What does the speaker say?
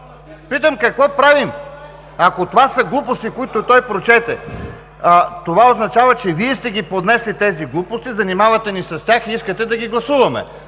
Питам: какво правим?! Ако това са глупости, което той прочете, това означава, че Вие сте поднесли тези глупости, занимавате ни с тях и искате да гласуваме.